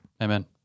Amen